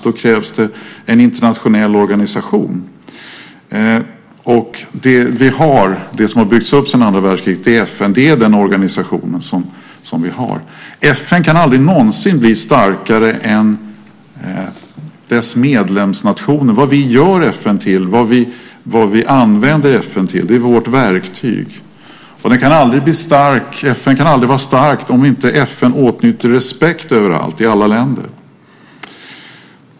Då krävs det en internationell organisation. Det som har byggts upp sedan andra världskriget är FN. Det är den organisation som vi har. FN kan aldrig någonsin bli starkare än dess medlemsnationer. Vad vi gör FN till och vad vi använder FN till är ett verktyg. FN kan aldrig vara starkt om inte FN åtnjuter respekt i alla länder.